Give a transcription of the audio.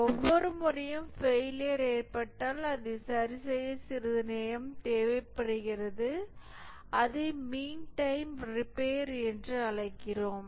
ஒவ்வொரு முறையும் ஃபெயிலியர் ஏற்பட்டால் அதை சரிசெய்ய சிறிது நேரம் தேவைப்படுகிறது அதை மீன் டைம் ரிப்பேர் என்று அழைக்கிறோம்